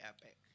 epic